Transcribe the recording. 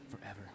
forever